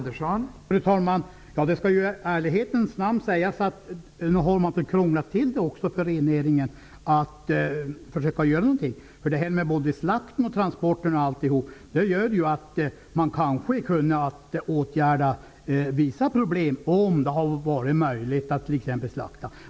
Fru talman! Det skall i ärlighetens namn sägas att man krånglat till det för rennäringen att försöka göra någonting. Det finns bestämmelser om slakt, transporter och annat. Man hade kanske kunnat åtgärda vissa problem om det hade varit möjligt att t.ex. slakta.